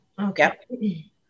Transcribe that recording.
Okay